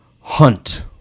hunt